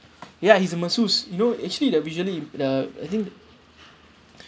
ya he's a masseuse you know actually the visually the I think